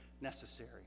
necessary